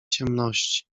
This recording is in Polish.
ciemności